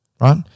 right